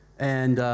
and,